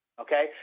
Okay